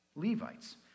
Levites